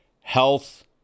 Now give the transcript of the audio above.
health